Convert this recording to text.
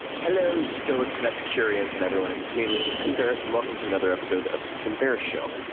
hello stoics, and epicureans, and everyone in between, this is tim ferris, and welcome to another episode of the tim ferris show,